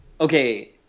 Okay